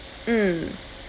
mm